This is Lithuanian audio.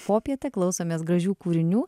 popietę klausomės gražių kūrinių